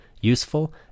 useful